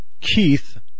Keith